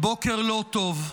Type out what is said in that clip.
בוקר לא טוב.